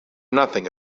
nothing